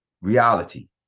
Reality